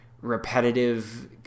repetitive –